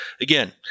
again